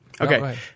Okay